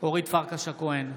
אורית פרקש הכהן,